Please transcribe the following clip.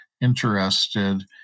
interested